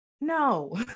No